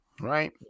Right